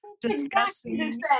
discussing